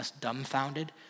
dumbfounded